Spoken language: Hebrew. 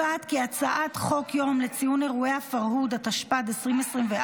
הצעת חוק יום לציון אירועי הפרהוד, התשפ"ד 2024,